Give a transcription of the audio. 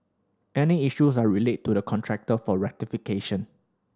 any issues are relayed to the contractor for rectification